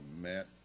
Matt